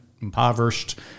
impoverished